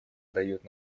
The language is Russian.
дает